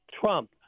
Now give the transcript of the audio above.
Trump